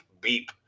beep